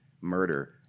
murder